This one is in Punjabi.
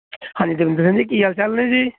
ਹਾਂਜੀ ਦਵਿੰਦਰ ਸਿੰਘ ਜੀ ਕੀ ਹਾਲ ਚਾਲ ਨੇ ਜੀ